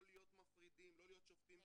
לא להיות מפרידים, לא להיות שופטים בהיאבקות.